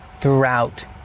throughout